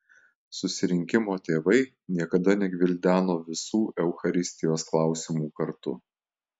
susirinkimo tėvai niekada negvildeno visų eucharistijos klausimų kartu